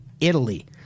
Italy